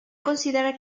considerar